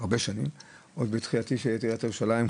עוד בהתחלה כשהייתי בעיריית ירושלים,